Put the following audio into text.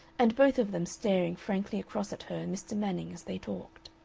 and both of them staring frankly across at her and mr. manning as they talked.